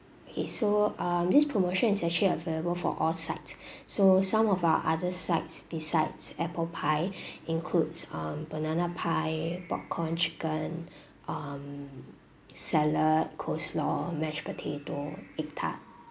okay so um this promotion is actually available for all sides so some of our other sides besides apple pie includes um banana pie popcorn chicken um salad coleslaw mashed potato egg tart